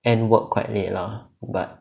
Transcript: end work quite late lah but